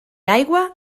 aigua